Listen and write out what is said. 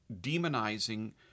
demonizing